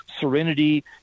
serenity